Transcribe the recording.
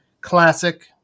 Classic